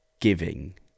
giving